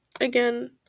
again